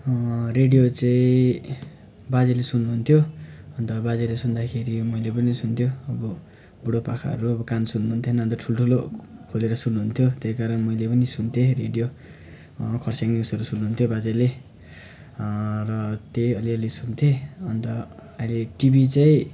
radio चाहिँ बाजेले सुन्नुहुन्थ्यो अन्त बाजेले सुन्दाखेरि मैले पनि सुन्थ्यो अब बुढोपाकाहरू अब कान सुन्नुहुन्थेन अन्त ठुल ठुलो खोलेर सुन्नुहुन्थ्यो त्यै कारण मैले पनि सुन्थेँ रेडियो खरसाङ न्युजहरू सुन्नुहुन्थ्यो बाजेले र त्यही अलिअलि सुन्थेँ अन्त अहिले टिभी चाहिँ